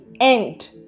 end